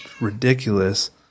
ridiculous